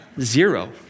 Zero